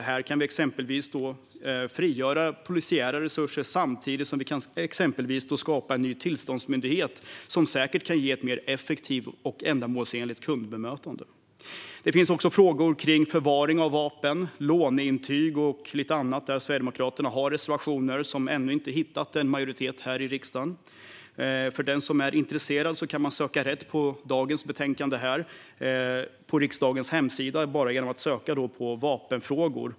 Här kan vi frigöra polisiära resurser, samtidigt som vi exempelvis kan skapa en ny tillståndsmyndighet som säkert kan ge ett mer effektivt och ändamålsenligt kundbemötande. Det finns också frågor kring förvaring av vapen, låneintyg och lite annat där Sverigedemokraterna har reservationer som ännu inte hittat en majoritet här i riksdagen. Den som är intresserad kan söka rätt på dagens betänkande på riksdagens hemsida genom att söka på "vapenfrågor".